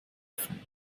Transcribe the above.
öffnen